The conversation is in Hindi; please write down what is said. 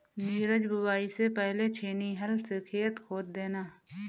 नीरज बुवाई से पहले छेनी हल से खेत खोद देना